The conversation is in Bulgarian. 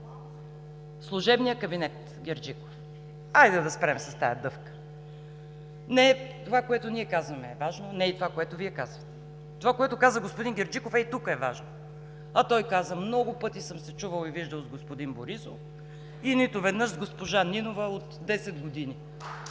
служебният кабинет Герджиков. Хайде да спрем с тази дъвка. Не това, което ние казваме, е важно, не и това, което Вие казвате. Това, което каза господин Герджиков ей тук, е важно. А той каза: „Много пъти съм се чувал и виждал с господин Борисов и нито веднъж с госпожа Нинова от десет години“.